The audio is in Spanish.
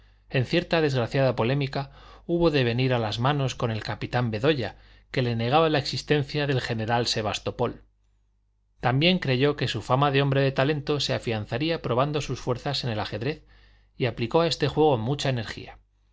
en cierta desgraciada polémica hubo de venir a las manos con el capitán bedoya que le negaba la existencia del general sebastopol también creyó que su fama de hombre de talento se afianzaría probando sus fuerzas en el ajedrez y aplicó a este juego mucha energía